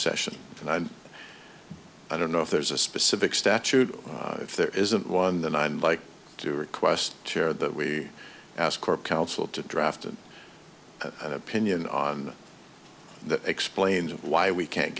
session and i don't know if there's a specific statute or if there isn't one that i'd like to request chair that we ask or counsel to draft an opinion on that explains why we can't